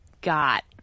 got